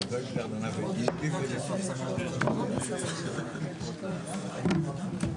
ונתחדשה בשעה 14:03.)